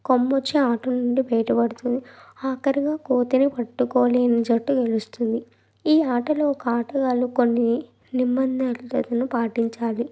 కొమ్మొచ్చి ఆట నుండి బయట పడతాది ఆఖరిగా కోతిని పెట్టుకోలేని జట్టు గెలుస్తుంది ఈ ఆటలో ఒక ఆటగాళ్లు కొన్ని నిబంధతను పాటించాలి